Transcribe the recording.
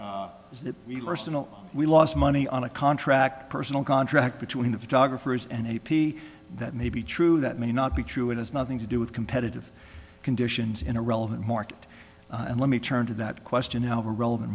personal we lost money on a contract personal contract between the photographers and a p that may be true that may not be true it has nothing to do with competitive conditions in a relevant market and let me turn to that question how relevant